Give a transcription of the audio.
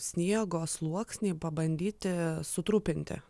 sniego sluoksnį pabandyti sutrupinti